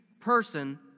person